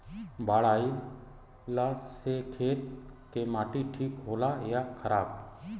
बाढ़ अईला से खेत के माटी ठीक होला या खराब?